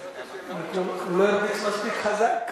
רק, הוא לא הרביץ מספיק חזק.